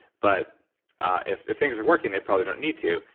but if if things are working they probably don't need to.